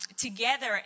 together